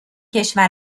کشور